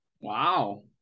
Wow